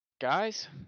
guys